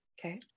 okay